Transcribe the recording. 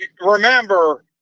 remember